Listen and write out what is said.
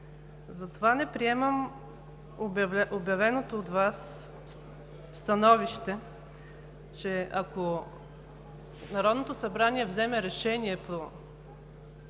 Затова не приемам обявеното от Вас становище, че ако Народното събрание вземе решението